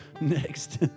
next